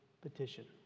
petition